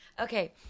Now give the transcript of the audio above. Okay